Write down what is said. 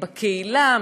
בקהילה,